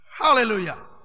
hallelujah